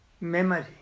Memory